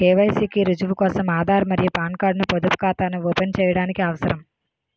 KYC కి రుజువు కోసం ఆధార్ మరియు పాన్ కార్డ్ ను పొదుపు ఖాతాను ఓపెన్ చేయడానికి అవసరం